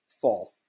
fall